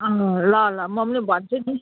अँ ल ल म पनि भन्छु नि